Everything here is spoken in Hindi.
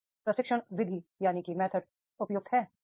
क्या प्रशिक्षण विधि उपयुक्त है